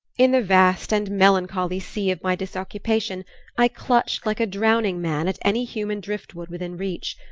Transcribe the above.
in the vast and melancholy sea of my disoccupation i clutched like a drowning man at any human driftwood within reach.